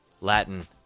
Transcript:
Latin